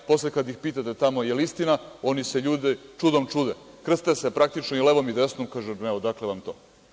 Posle kad ih pitate jel to istina, oni se ljudi čudom čude, krste se praktično i levom i desnom, kažu – ne, odakle vam to?